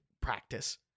practice